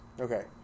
Okay